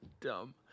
dumb